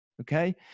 Okay